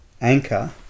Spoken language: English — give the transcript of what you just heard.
anchor